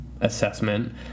assessment